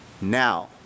Now